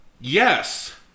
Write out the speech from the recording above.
yes